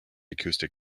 acoustic